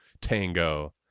tango